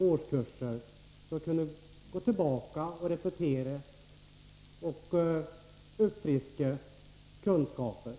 Då kunde eleverna gå tillbaka och repetera för att friska upp kunskaperna.